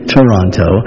Toronto